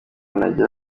nagira